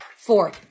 Four